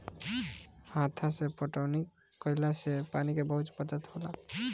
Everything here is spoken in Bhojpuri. हत्था से पटौनी कईला से पानी के बहुत बचत होखेला